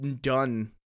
done